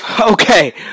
Okay